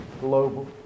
global